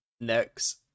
next